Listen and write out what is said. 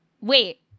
Wait